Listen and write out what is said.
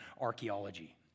Archaeology